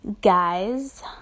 guys